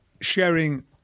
sharing